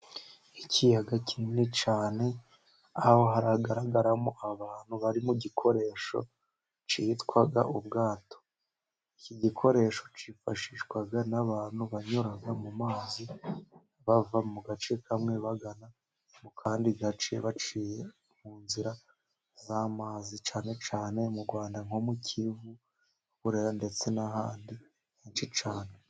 Ikiyaga kinini cyane aho hagaragaramo abantu bari mu gikoresho kitwa ubwato. Iki gikoresho cyifashishwa n'abantu banyura mu mazi, bava mu gace kamwe bagana mu kandi gace baciye mu nzira z'amazi, cyane cyane mu Rwanda nko mu Kivu, Burera ndetse n'ahandi henshi cyane.